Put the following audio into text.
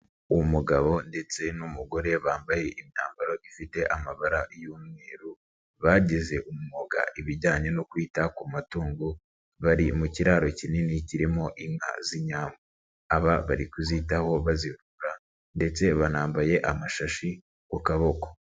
Umugabo ndetse n'umugore bambaye imyambaro ifite amabara y'umweru, bagize umwuga ibijyanye no kwita ku matungo bari mu kiraro kinini kirimo inka z'Inyambo, aba bari kuzitaho bazivura ndetse banambaye amashashi ku kaboko.